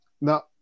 Now